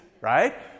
right